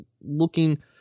looking